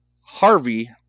harvey